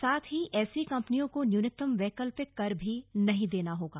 साथ ही ऐसी कम्पनियों को न्यूनतम वैकल्पिक कर भी नहीं देना होगा